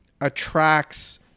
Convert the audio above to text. attracts